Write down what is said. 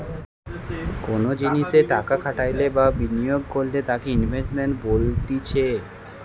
কোনো জিনিসে টাকা খাটাইলে বা বিনিয়োগ করলে তাকে ইনভেস্টমেন্ট বলতিছে